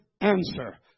answer